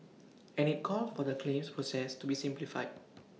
and IT called for the claims process to be simplified